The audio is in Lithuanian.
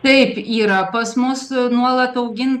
taip yra pas mus nuolat augin